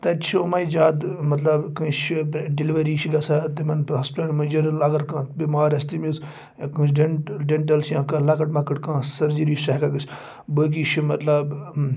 تَتہِ چھُ یِمے زیادٕ مطلب کٲنٛسہِ چھِ ڈیٚلِؤری چھِ گژھان تِمَن ہاسپِٹَلَن منٛز جرل اگر کانٛہہ بٮ۪مار آسہِ تٔمِس کٲنٛسہِ ڈٮ۪نٛٹ ڈٮ۪نٛٹَل چھِ یا کانٛہہ لۄکٕٹۍ مۄکٕٹ کانٛہہ سٔرجِری چھِ ہٮ۪کان گٔژھ بٲقی چھِ مطلب